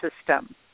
system